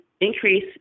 increase